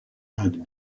had